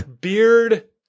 Beard